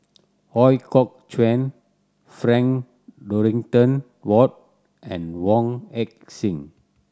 Ooi Kok Chuen Frank Dorrington Ward and Wong Heck Sing